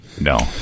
No